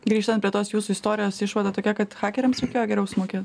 grįžtant prie tos jūsų istorijos išvada tokia kad hakeriams reikėjo geriau sumokėt